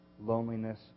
loneliness